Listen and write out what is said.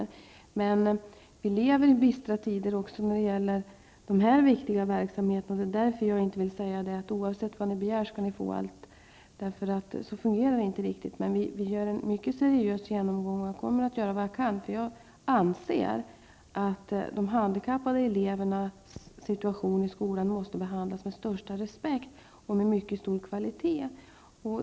Vi lever emellertid i bistra tider även när det gäller dessa viktiga verksamheter. Jag vill därför inte säga att oavsett vad man begär så skall man få allt. Det fungerar inte så. Men vi gör en mycket seriös genomgång, och jag kommer att göra vad jag kan. Jag anser att de handikappade elevernas situation i skolan måste behandlas med största respekt och med mycket stor kvalitet.